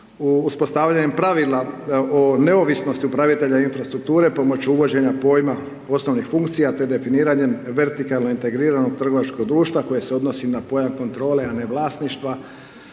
uspostavljanjem pravila o neovisnosti upravitelja infrastrukture pomoću uvođenja pojma osnovnih funkcija, te definiranjem vertikalnog integriranog trgovačkog društva koji se odnosi na pojam kontrole, a ne vlasništva,